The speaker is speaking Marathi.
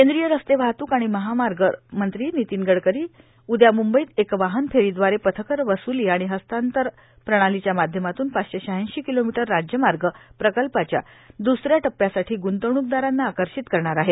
केंद्रीय रस्ते वाहत्रक आणि महामार्ग मंत्री नीतिन गडकरी उद्या मंबईत एका वाहन फेरीद्वारे पथकर वसुली आणि हस्तांतर प्रणालीच्या माध्यमातून पाचशे शहाऐंशी किलोमीटर राज्यमार्ग प्रकल्पाच्या द्रसऱ्या टप्प्यासाठी ग्ंतवणूकदारांना आकर्षित करणार आहेत